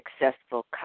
successful